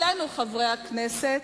עלינו, חברי הכנסת,